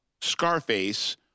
Scarface